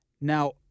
Now